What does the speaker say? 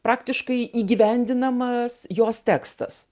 praktiškai įgyvendinamas jos tekstas